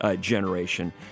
generation